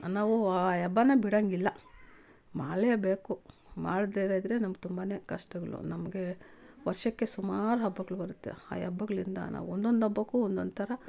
ನಾವು ಆ ಹಬ್ಬನ ಬಿಡಂಗಿಲ್ಲ ಮಾಡಲೇಬೇಕು ಮಾಡ್ದೆರೆ ಇದ್ರೆ ನಮ್ಗೆ ತುಂಬಾ ಕಷ್ಟಗಳು ನಮಗೆ ವರ್ಷಕ್ಕೆ ಸುಮಾರು ಹಬ್ಬಗಳು ಬರುತ್ತೆ ಆ ಹಬ್ಬಗ್ಳಿಂದ ನಾವು ಒಂದೊಂದು ಹಬ್ಬಕ್ಕೂ ಒಂದೊಂದು ಥರ